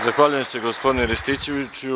Zahvaljujem se gospodine Rističeviću.